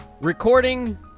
recording